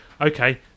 okay